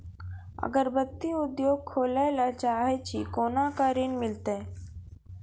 अगरबत्ती उद्योग खोले ला चाहे छी कोना के ऋण मिलत?